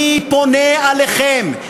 אני פונה אליכם,